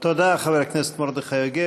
תודה, חבר הכנסת מרדכי יוגב.